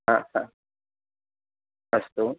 हा हा अस्तु